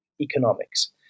economics